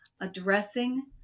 addressing